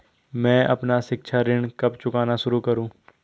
मैं अपना शिक्षा ऋण कब चुकाना शुरू करूँ?